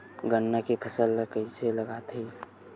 गन्ना के फसल ल कइसे लगाथे?